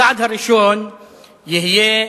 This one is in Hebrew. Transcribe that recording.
הצעד הראשון יהיה